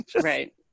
Right